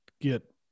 get